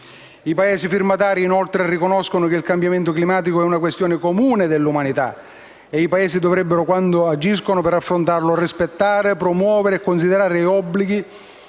I Paesi firmatari, inoltre, riconoscono che il cambiamento climatico è una questione comune dell'umanità e i Paesi dovrebbero, quando agiscono per affrontarlo, rispettare, promuovere e considerare i